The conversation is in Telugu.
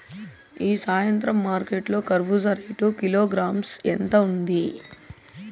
ఈ సాయంత్రం మార్కెట్ లో కర్బూజ రేటు కిలోగ్రామ్స్ ఎంత ఉంది?